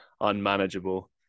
unmanageable